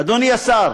אדוני השר,